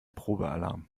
probealarm